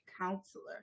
counselor